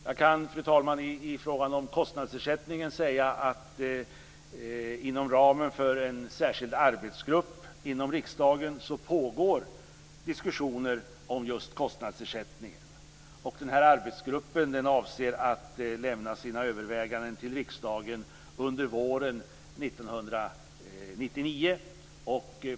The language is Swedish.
Jag kan, fru talman, i frågan om kostnadsersättningen säga att inom ramen för en särskild arbetsgrupp inom riksdagen pågår diskussioner om just kostnadsersättningen. Denna arbetsgrupp avser att lämna sina överväganden till riksdagen under våren 1999.